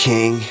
King